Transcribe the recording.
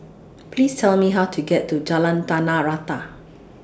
Please Tell Me How to get to Jalan Tanah Rata